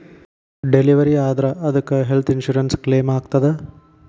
Delivery ಆದ್ರ ಅದಕ್ಕ health insurance ಕ್ಲೇಮಾಗ್ತದ?